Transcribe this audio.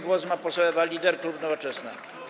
Głos ma poseł Ewa Lieder, klub Nowoczesna.